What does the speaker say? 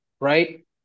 right